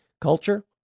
Culture